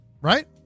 right